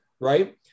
right